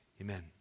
Amen